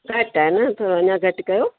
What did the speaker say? घटि आहे न थोरो अञा घटि कयो